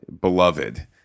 beloved